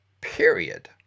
period